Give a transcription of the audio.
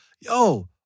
Yo